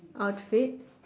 outfit